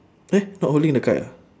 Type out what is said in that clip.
eh not holding the kite ah